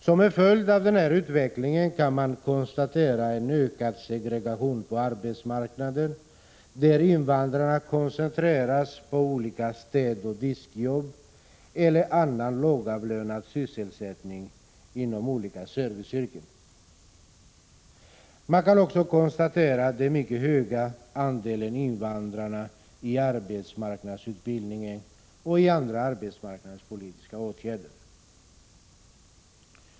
Som en följd av denna utveckling kan man konstatera en ökad segregation på arbetsmarknaden, där invandrarna koncentreras till olika städoch diskjobb eller annan lågavlönad sysselsättning inom olika serviceyrken. Man kan också konstatera den mycket höga andelen invandrare i arbetsmarknadsutbildningen och i andra arbetsmarknadspolitiska åtgärder.